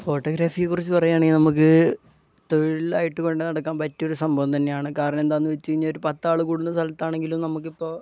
ഫോട്ടോഗ്രാഫിയെ കുറിച്ച് പറയുകയാണെങ്കിൽ നമുക്ക് തൊഴിലായിട്ട് കൊണ്ട് നടക്കാൻ പറ്റിയൊരു സംഭവം തന്നെയാണ് കാരണം എന്താണെന്ന് വെച്ച് കഴിഞ്ഞാൽ ഒരു പത്താള് കൂടുന്ന സ്ഥലത്താണെങ്കിലും നമുക്ക് ഇപ്പോൾ